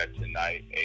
tonight